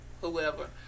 whoever